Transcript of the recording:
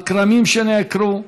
על כרמים שנעקרו,